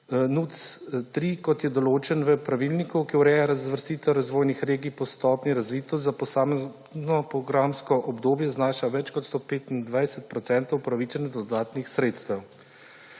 NUTS 3, kot je določen v pravilniku, ki ureja razvrstitev razvojnih regij po stopnji razvitosti za posamezno programsko obdobje znaša več kot 125 % upravičenih do dodatnih sredstev.